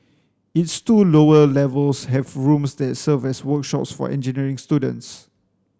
its two lower levels have rooms that serve as workshops for engineering students